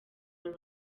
loni